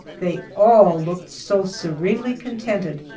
they all looked so serenely contented.